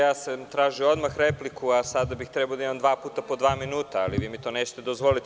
Ja sam tražio odmah repliku, a sada bih trebao da imam dva puta po dva minuta, ali mi vi to nećete dozvoliti.